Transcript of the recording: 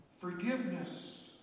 Forgiveness